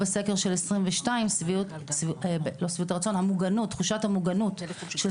גם בסקר של 2022 תחושת המוגנות של